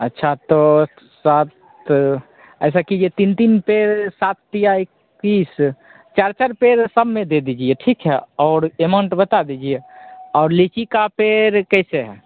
अच्छा तो सात ऐसा कीजिए तीन तीन पेड़ सात तिया इक्कीस चार चार पेड़ सब में दे दीजिए ठीक है और अमाउंट बता दीजिए और लीची का पेड़ कैसे है